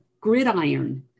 gridiron